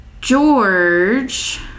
George